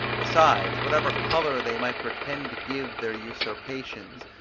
besides, whatever colour they might pretend to give their usurpations,